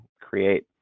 create